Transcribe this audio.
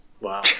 Wow